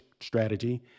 strategy